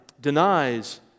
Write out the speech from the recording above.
denies